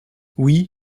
oui